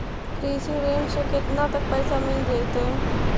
कृषि ऋण से केतना तक पैसा मिल जइतै?